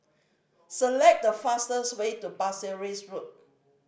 select the fastest way to Pasir Ris Road